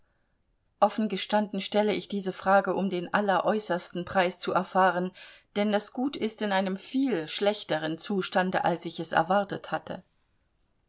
offen gestanden stelle ich diese frage um den alleräußersten preis zu erfahren denn das gut ist in einem viel schlechteren zustande als ich es erwartet hatte